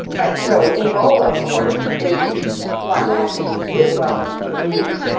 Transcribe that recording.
right so ebola, of course, is one that is really well known for being